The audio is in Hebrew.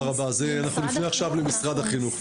אנחנו נפנה עכשיו למשרד החינוך.